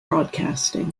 broadcasting